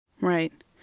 Right